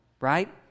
right